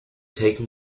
taken